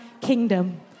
kingdom